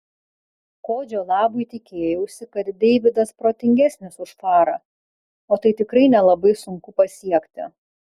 kodžio labui tikėjausi kad deividas protingesnis už farą o tai tikrai nelabai sunku pasiekti